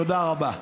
תודה רבה.